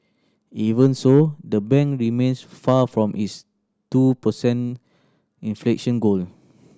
even so the bank remains far from its two per cent inflation goal